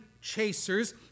chasers